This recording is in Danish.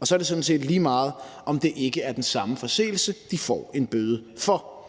og så er det sådan set lige meget, om det ikke er den samme forseelse, de får en bøde for.